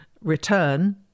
return